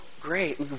great